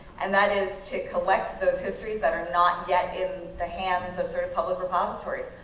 and that is to collect those histories that are not yet in the hands of certain public repositories.